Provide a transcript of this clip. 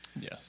Yes